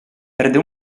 perde